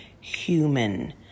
human